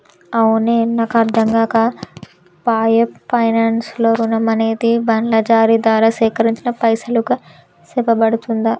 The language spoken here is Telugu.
అవునే నాకు అర్ధంకాక పాయె పైనాన్స్ లో రుణం అనేది బాండ్ల జారీ దారా సేకరించిన పైసలుగా సెప్పబడుతుందా